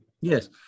Yes